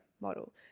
model